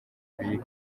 bige